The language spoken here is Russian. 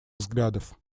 взглядов